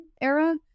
era